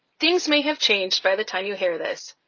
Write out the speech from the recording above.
things may have changed by the time you hear this.